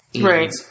Right